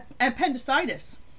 appendicitis